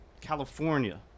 California